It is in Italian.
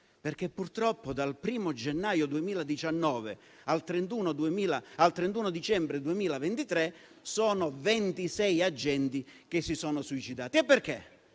purtroppo dal 1° gennaio 2019 al 31 dicembre 2023 sono 26 gli agenti che si sono suicidati. E perché?